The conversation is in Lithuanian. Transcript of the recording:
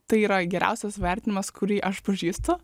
tai yra geriausias vertinimas kurį aš pažįstu